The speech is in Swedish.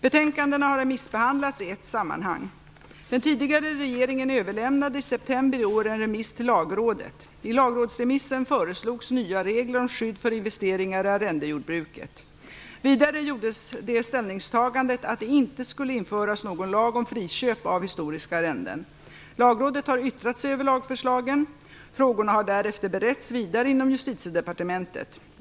Betänkandena har remissbehandlats i ett sammanhang. Den tidigare regeringen överlämnade i september i år en remiss till Lagrådet. I lagrådsremissen föreslogs nya regler om skydd för investeringar i arrendejordbruket. Vidare gjordes det ställningstagandet att det inte skulle införas någon lag om friköp av historiska arrenden. Lagrådet har yttrat sig över lagförslagen. Frågorna har därefter beretts vidare inom Justitiedepartementet.